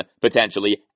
potentially